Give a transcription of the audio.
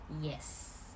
yes